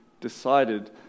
decided